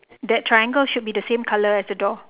that triangle should be the same colour as the door